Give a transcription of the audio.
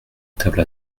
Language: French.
table